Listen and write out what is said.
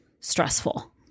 stressful